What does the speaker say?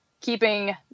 keeping